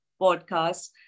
podcast